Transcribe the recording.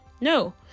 no